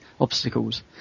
obstacles